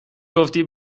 گفتی